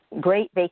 great